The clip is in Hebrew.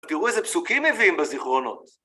תראו איזה פסוקים מביאים בזיכרונות.